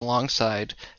alongside